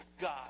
God